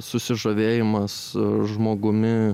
susižavėjimas žmogumi